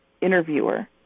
interviewer